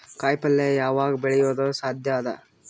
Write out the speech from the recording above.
ಕಾಯಿಪಲ್ಯ ಯಾವಗ್ ಬೆಳಿಯೋದು ಸಾಧ್ಯ ಅದ?